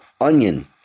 onion